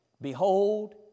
Behold